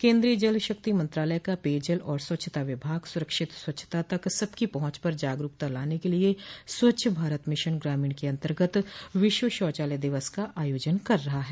केन्द्रीय जल शक्ति मंत्रालय का पेयजल और स्वच्छता विभाग सुरक्षित स्वच्छता तक सबकी पहुंच पर जागरूकता लाने के लिए स्वच्छ भारत मिशन ग्रामीण के अंतर्गत विश्व शौचालय दिवस का आयोजन कर रहा है